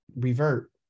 revert